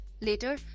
Later